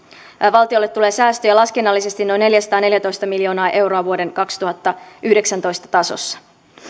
valtiolle tulee säästöjä laskennallisesti noin neljäsataaneljätoista miljoonaa euroa vuoden kaksituhattayhdeksäntoista tasossa